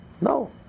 no